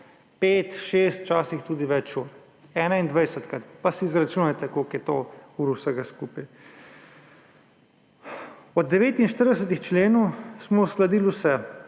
pet, šest, včasih tudi več ur. 21-krat, pa si izračunajte, koliko je to ur vsega skupaj. Od 49 členov smo uskladili vse,